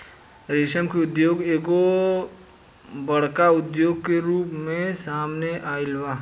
रेशम के उद्योग एगो बड़का उद्योग के रूप में सामने आइल बा